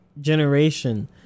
generation